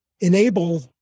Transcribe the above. enable